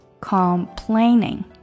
complaining